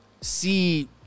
see